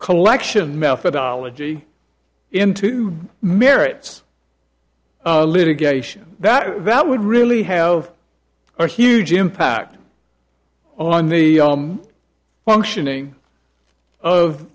collection methodology into merits litigation that that would really have a huge impact on the functioning of